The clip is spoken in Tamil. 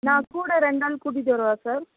நான் கூட ரெண்டு ஆள் கூட்டிகிட்டு வரவா சார்